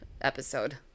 episode